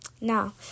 Now